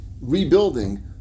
rebuilding